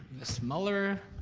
miss muller,